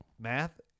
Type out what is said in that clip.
Math